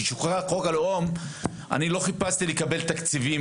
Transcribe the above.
כשחוקק חוק הלאום אני לא חיפשתי לקבל תקציבים